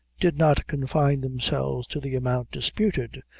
did not confine themselves to the amount disputed,